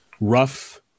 rough